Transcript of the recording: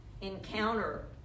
encounter